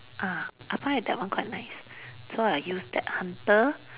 ah I find that one quite nice so I use that hunter